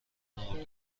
نور